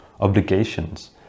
obligations